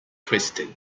twisted